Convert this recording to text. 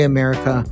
America